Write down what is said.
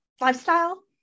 lifestyle